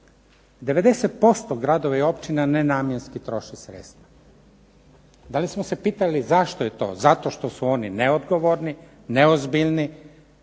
90% gradova i općina nenamjenski troši sredstva. Da li smo se pitali zašto je to? Zato što su oni neodgovorni, neozbiljni,